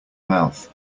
mouth